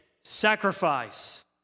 sacrifice